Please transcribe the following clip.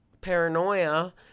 paranoia